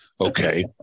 okay